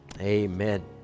Amen